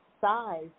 size